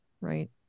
right